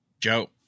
Joe